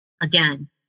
Again